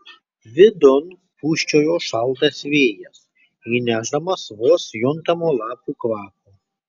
vidun pūsčiojo šaltas vėjas įnešdamas vos juntamo lapų kvapo